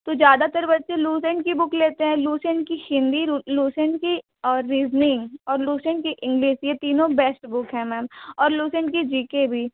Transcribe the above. तो ज़्यादातर बच्चे लुसेंट की बुक लेते हैं लुसेंट की हिन्दी लुसेंट की और रिज़निंग और लुसेंट की इंग्लिश ये तीनों बेस्ट बुक हैं मैम और लुसेंट की जी के भी